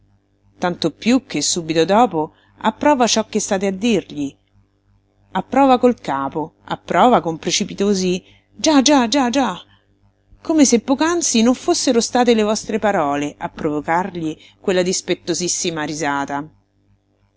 tanto piú che subito dopo approva ciò che state a dirgli approva col capo approva con precipitosi già già già già come se poc'anzi non fossero state le vostre parole a provocargli quella dispettosissima risata